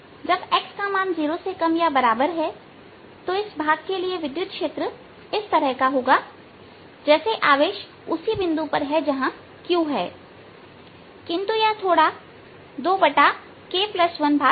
यहां q है तो x0भाग के लिए विद्युत क्षेत्र इस तरह का होगाजैसे आवेश उसी बिंदु पर है जहां q है किंतु यह थोड़ा 2k1कम है